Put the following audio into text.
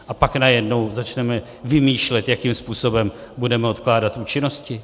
A pak najednou začneme vymýšlet, jakým způsobem budeme odkládat účinnosti?